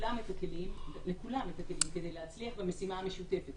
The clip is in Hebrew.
לכולם את הכלים כדי להצליח במשימה המשותפת.